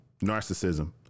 narcissism